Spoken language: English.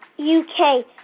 u k.